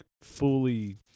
fully